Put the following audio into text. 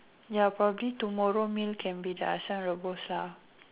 ya probably tomorrow meal can be the asam rebus lah